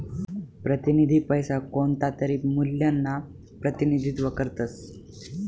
प्रतिनिधी पैसा कोणतातरी मूल्यना प्रतिनिधित्व करतस